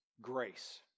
grace